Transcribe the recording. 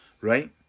Right